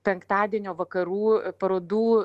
penktadienio vakarų parodų